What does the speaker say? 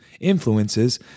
influences